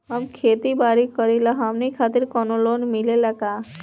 हम खेती बारी करिला हमनि खातिर कउनो लोन मिले ला का?